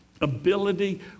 ability